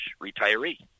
retiree